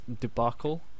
debacle